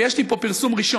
ויש לי פה פרסום ראשון,